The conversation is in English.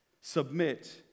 Submit